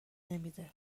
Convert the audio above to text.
نمیده